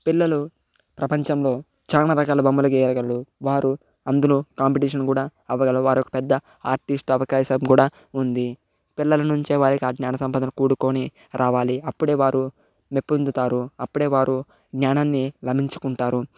పిల్లలు ప్రపంచంలో చానా రకాల బొమ్మలు గీయగలరు వారు అందునూ కాంపిటీషన్ కూడా అవ్వగల వారొక పెద్ద ఆర్టిస్ట్ అవకాశం కూడా ఉంది పిల్లల నుంచే వారికి ఆ జ్ఞాన సంపదను కూడుకొని రావాలి అప్పుడే వారు మెప్పొందుతారు అప్పుడే వారు జ్ఞానాన్ని లభించుకుంటారు